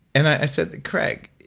and i said, craig,